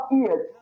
ears